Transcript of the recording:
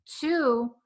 Two